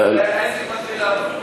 העסק מתחיל לעבוד.